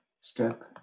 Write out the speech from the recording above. step